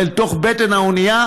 אל תוך בטן האונייה,